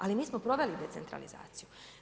Ali mi smo proveli decentralizaciju.